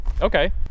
Okay